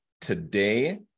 today